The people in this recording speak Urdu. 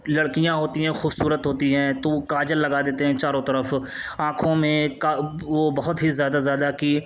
لڑکیاں ہوتی ہیں خوبصورت ہوتی ہیں تو وہ کاجل لگا دیتے ہیں چاروں طرف آنکھوں میں وہ بہت ہی زیادہ زیادہ کہ